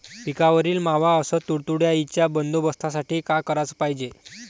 पिकावरील मावा अस तुडतुड्याइच्या बंदोबस्तासाठी का कराच पायजे?